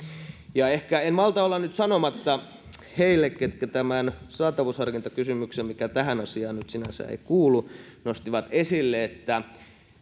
ehkä en malta olla nyt sanomatta heille ketkä tämän saatavuusharkintakysymyksen mikä tähän asiaan nyt sinänsä ei kuulu nostivat esille että